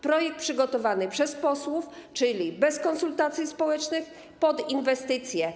Projekt został przygotowany przez posłów, czyli bez konsultacji społecznych, pod inwestycje.